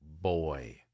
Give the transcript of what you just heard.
boy